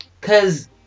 Cause